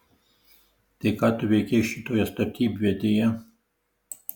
tai ką tu veikei šitoje statybvietėje